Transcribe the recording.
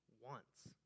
wants